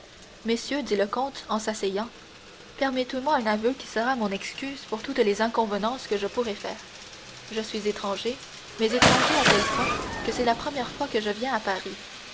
messieurs dit le comte en s'asseyant permettez-moi un aveu qui sera mon excuse pour toutes les inconvenances que je pourrai faire je suis étranger mais étranger à tel point que c'est la première fois que je viens à paris